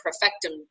Perfectum